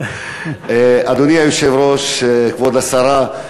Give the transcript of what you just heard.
אדוני היושב-ראש, כבוד השרה,